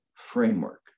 framework